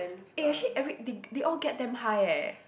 eh actually every they they all get damn high eh